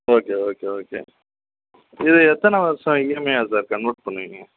okay okay okay இது எத்தனை வருஷம் இஎம்ஐயா சார் கன்வெர்ட் பண்ணுவீங்க